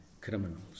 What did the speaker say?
criminals